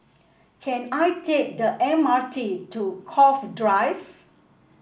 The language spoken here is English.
can I take the M R T to Cove Drive